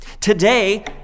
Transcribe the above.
today